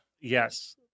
Yes